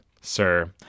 sir